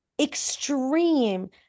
extreme